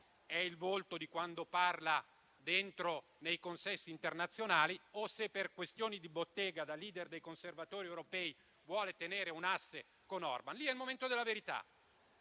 è il volto di quando parla nei consessi internazionali o se, per questioni di bottega, da *leader* dei conservatori europei, vuole tenere un asse con Orban. Quello è il momento della verità.